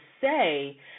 say